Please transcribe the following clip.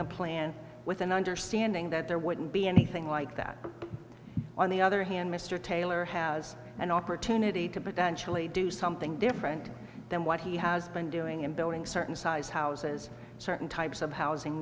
the plan with an understanding that there wouldn't be anything like that on the other hand mr taylor has an opportunity to potentially do something different than what he has been doing in building certain size houses certain types of housing